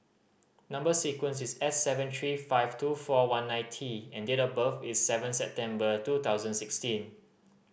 number sequence is S seven three five two four one nine T and date of birth is seven September two thousand sixteen